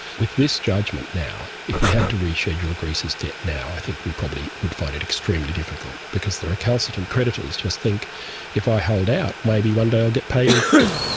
with this judgement now, if we had to reschedule greece's debt now, i think we probably would find it extremely difficult because the recalcitrant creditors who just think if i hold out maybe one day i'll get paid in full.